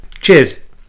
Cheers